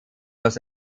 los